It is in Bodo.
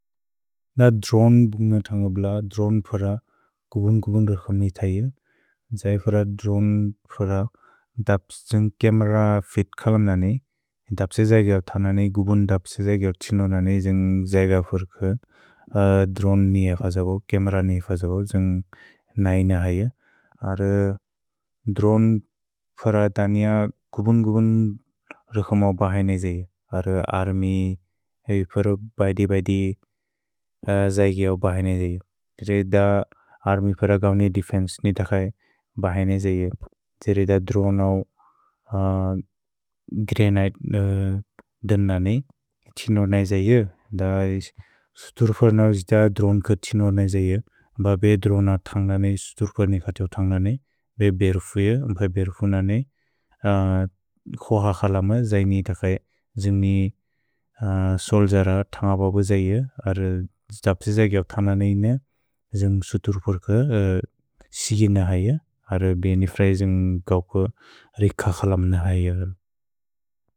अ द्रोन् बुन्ग्न थन्गुब्ल, द्रोन् फर गुबुन्-गुबुन् रिखम्नि ऐअ, जै फर द्रोन् फर दप्स् जुन्ग् केमेर फित् खलम् नने, दप्सिजगि अअ नने, गुबुन् दप्सिजगि अइनो नने, जुन्ग् जैग फर्क द्रोन् नि अफजबो, केमेर नि अफजबो, जुन्ग् नैन ऐअ। अर् द्रोन् फर दनिअ गुबुन्-गुबुन् रिखमो बक्सने जै, अर् अर्मि फर बैदि-बैदि जैगेओ बक्सने जै, तेरे द अर्मि फर गौनि देफेन्से निदक्से बक्सने जै, तेरे द द्रोनौ ग्रे नने, इनो नने जैअ, द इस्तुर् फर्नौ जिद द्रोन् क इनो नने जैअ, ब बे द्रोन थन्ग् नने, इस्तुर् फर्नौ कएओ थन्ग् नने, बे बेरुफु ये, बे बेरुफु नने, कोह खलम जैनि तकै, जिन्ग्नि सोल् जर थन्ग बबु जैअ, अर् दप्सिजगि अअ नने इन, जुन्ग् इस्तुर् फर्क सिगिन ऐअ, अर् बे निफ्र जुन्ग् गौक रिख खलम ऐअ।